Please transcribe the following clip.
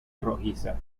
rojiza